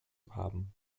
haben